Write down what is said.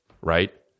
right